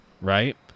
right